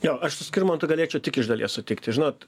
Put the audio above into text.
jo aš su skirmantu galėčiau tik iš dalies sutikti žinot